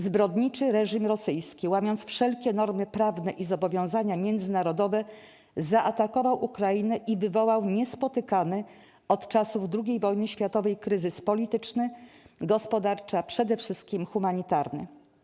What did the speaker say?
Zbrodniczy reżim rosyjski, łamiąc wszelkie normy prawne i zobowiązania międzynarodowe, zaatakował Ukrainę i wywołał niespotykany od czasu II wojny światowej kryzys polityczny, gospodarczy a przede wszystkim humanitarny.